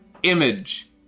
image